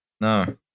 No